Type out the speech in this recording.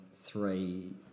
three